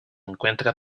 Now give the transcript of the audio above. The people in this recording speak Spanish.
encuentra